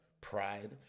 pride